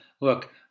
Look